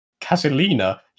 Casalina